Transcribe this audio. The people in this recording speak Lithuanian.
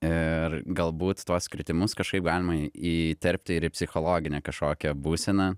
ir galbūt tuos kritimus kažkaip galima įterpti ir psichologinę kažkokią būseną